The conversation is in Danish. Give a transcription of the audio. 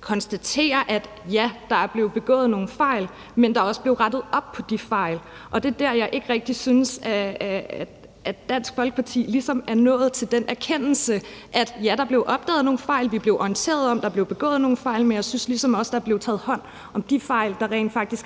konstatere, at ja, der er blevet begået nogle fejl, men der er også blevet rettet op på de fejl, men jeg synes ikke rigtig, at Dansk Folkeparti ligesom er nået til den erkendelse. Ja, der blev opdaget nogle fejl, og vi blev orienteret om, at der var blevet begået nogle fejl, men jeg synes ligesom også, der er blevet taget hånd om de fejl, der